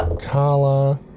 Kala